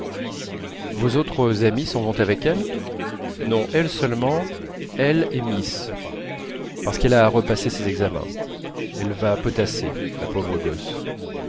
vos autres amies s'en vont avec elle non elle seulement elle et miss parce qu'elle a à repasser ses examens elle va potasser la pauvre gosse